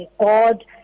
God